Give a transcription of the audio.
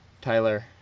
Tyler